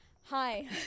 Hi